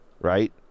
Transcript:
right